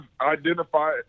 identify